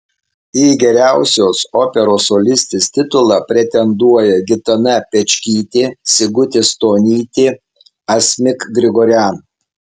į geriausios operos solistės titulą pretenduoja gitana pečkytė sigutė stonytė asmik grigorian